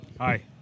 Hi